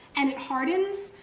and it hardens,